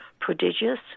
prodigious